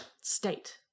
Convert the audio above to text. state